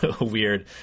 weird